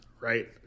right